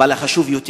אבל חשוב יותר: